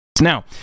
Now